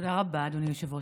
תודה רבה, אדוני היושב-ראש.